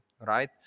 right